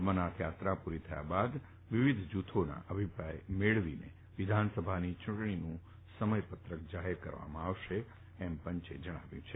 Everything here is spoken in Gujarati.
અમરનાથ યાત્રા પુરી થયા બાદ વિવિધ જુથોના અભિપ્રાય મેબ્વયા બાદ વિધાનસભાની ચુંટણીનું સમયપત્રક જાહેર કરવામાં આવશે એમ પંચે જણાવ્યું છે